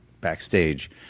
backstage